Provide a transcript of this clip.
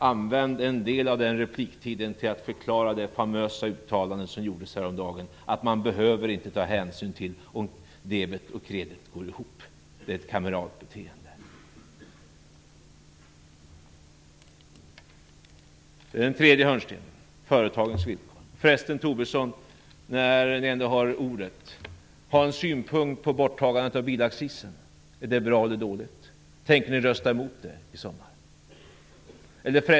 Använd en del av den repliktiden till att förklara det famösa uttalandet som gjordes häromdagen om att man inte behöver ta hänsyn till om debet och kredit går ihop, att det är ett kameralt beteende. Jag vill be Lars Tobisson att ha en synpunkt på borttagandet av bilaccisen. Är det bra eller dåligt? Tänker ni rösta mot den i sommar?